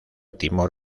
timor